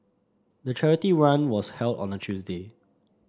the charity run was held on a Tuesday